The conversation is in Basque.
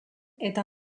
eta